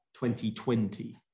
2020